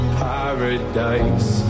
paradise